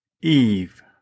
Eve